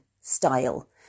style